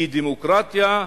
כי דמוקרטיה,